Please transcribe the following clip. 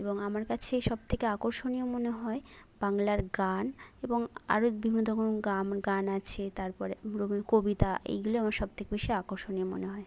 এবং আমার কাছে সব থেকে আকর্ষণীয় মনে হয় বাংলার গান এবং আরো বিভিন্ন রকম গাম গান আছে তারপরে রবির কবিতা এইগুলোই সব থেকে বেশি আকর্ষণীয় মনে হয়